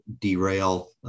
derail